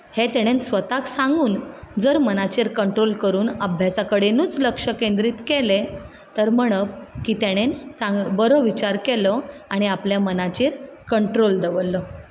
हें तेणें स्वताक सांगून जर मनाचेर कंट्रोल करुन अभ्यासा कडेनूच लक्ष केंद्रीत केलें तर म्हणप की तेणें बरो विचार केलो आनी आपल्या मनाचेर कंट्रोल दवरलो